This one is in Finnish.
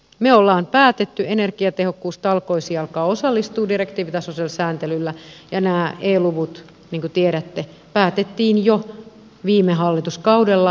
me olemme päättäneet alkaa osallistua energiatehokkuustalkoisiin direktiivitasoisella sääntelyllä ja nämä e luvut niin kuin tiedätte päätettiin jo viime hallituskaudella ja me olemme naimisissa niiden ratkaisujen kanssa